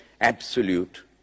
absolute